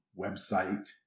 website